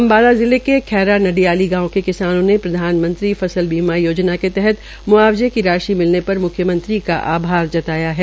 अम्बाला जिले के खैरा नडियाली गांव के किसान ने प्रधानमंत्री फसल बीमा योजना के तहत म्आवजे की राशि मिलने पर म्ख्यमंत्री का आभार जताया है